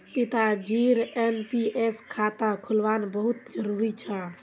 पिताजीर एन.पी.एस खाता खुलवाना बहुत जरूरी छ